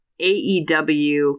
AEW